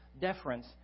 deference